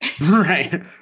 Right